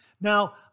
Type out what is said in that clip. Now